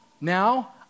Now